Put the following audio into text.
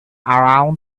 around